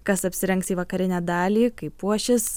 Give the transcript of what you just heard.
kas apsirengs įvakarinę dalį kaip puošis